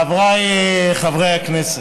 חבריי חברי הכנסת,